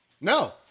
No